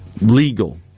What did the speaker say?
legal